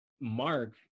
mark